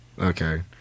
Okay